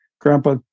grandpa